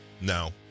No